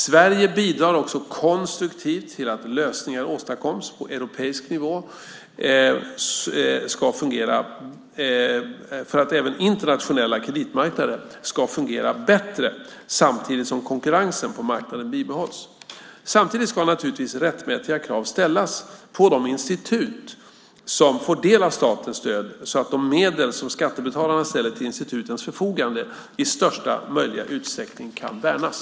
Sverige bidrar också konstruktivt till att lösningar åstadkoms på europeisk nivå för att även internationella kreditmarknader ska fungera bättre samtidigt som konkurrensen på marknaden bibehålls. Samtidigt ska naturligtvis rättmätiga krav ställas på de institut som får del av statens stöd så att de medel som skattebetalarna ställer till institutens förfogande i största möjliga utsträckning kan värnas.